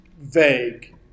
vague